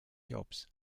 jobs